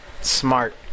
Smart